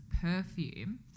perfume